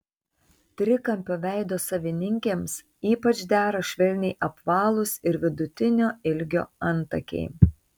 trikampio veido savininkėms ypač dera švelniai apvalūs ir vidutinio ilgio antakiai